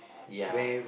ya